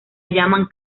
llaman